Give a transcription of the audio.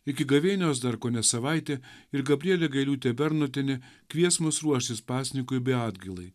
iki gavėnios dar kone savaitė ir gabrielė gailiūtė bernotienė kvies mus ruoštis pasninkui bei atgailai